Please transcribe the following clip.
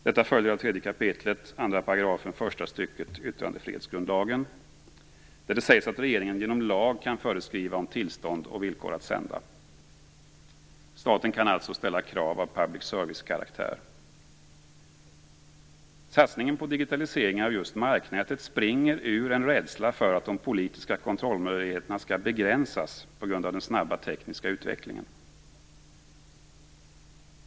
Detta följer av 3 kap. 2 § första stycket i yttrandefrihetsgrundlagen, där det sägs att regeringen genom lag kan föreskriva om tillstånd och villkor för sändning. Staten kan alltså ställa krav av public service-karaktär. Satsningen på digitaliseringen av just marknätet springer ur en rädsla för att de politiska kontrollmöjligheterna skall begränsas på grund av den snabba tekniska utvecklingen.